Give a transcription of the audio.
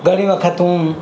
ઘણી વખત હું